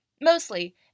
Mostly